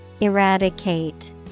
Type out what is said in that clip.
eradicate